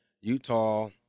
Utah